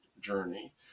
journey